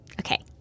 okay